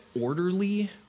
orderly